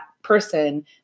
person